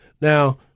Now